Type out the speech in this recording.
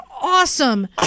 awesome